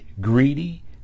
greedy